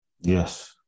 Yes